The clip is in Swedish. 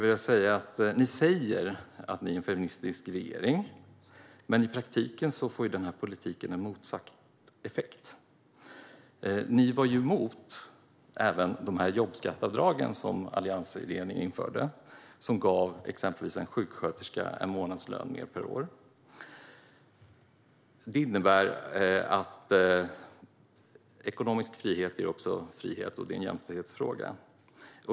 Ni säger att ni är en feministisk regering, men denna politik får tyvärr i praktiken motsatt effekt. Ni var emot jobbskatteavdragen som alliansregeringen införde, som gav exempelvis en sjuksköterska en extra månadslön per år. Ekonomisk frihet är också frihet, och detta är alltså en jämställdhetsfråga.